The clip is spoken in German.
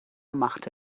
machte